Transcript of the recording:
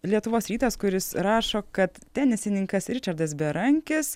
lietuvos rytas kuris rašo kad tenisininkas ričardas berankis